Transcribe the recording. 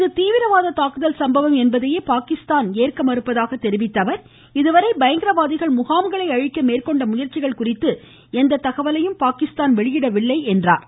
இது தீவிரவாத தாக்குதல் சம்பவம் என்பதையே பாகிஸ்தான் ஏற்க மறுப்பதாக தெரிவித்த அவர் இதுவரை பயங்கரவாதிகள் முகாம்களை அழிக்க மேற்கொண்ட முயற்சிகள் குறித்து எந்த தகவலும் பாகிஸ்தான் வெளியிடவில்லை என்றார்